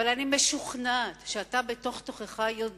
אבל אני משוכנעת שאתה בתוך תוכך יודע